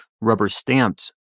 rubber-stamped